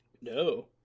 no